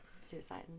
Suicide